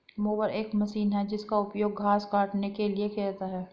mower एक machine है जिसका उपयोग घास काटने के लिए किया जाता है